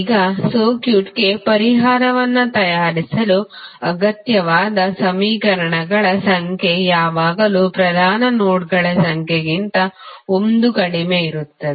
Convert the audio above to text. ಈಗ ಸರ್ಕ್ಯೂಟ್ಗೆ ಪರಿಹಾರವನ್ನು ತಯಾರಿಸಲು ಅಗತ್ಯವಾದ ಸಮೀಕರಣಗಳ ಸಂಖ್ಯೆ ಯಾವಾಗಲೂ ಪ್ರಧಾನ ನೋಡ್ಗಳ ಸಂಖ್ಯೆಗಿಂತ 1 ಕಡಿಮೆ ಇರುತ್ತದೆ